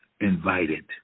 invited